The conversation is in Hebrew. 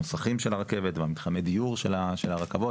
המוסכים של הרכבת ומתחמי הדיור של הרכבת,